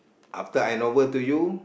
after handover to you